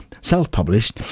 self-published